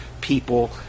people